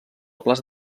plaça